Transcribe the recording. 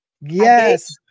Yes